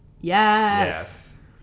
Yes